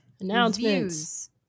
Announcements